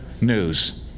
news